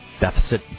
deficit